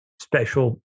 special